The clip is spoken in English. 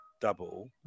double